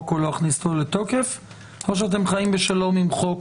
או להכניס אותו לתוקף או שאתם חיים בשלום עם החוק?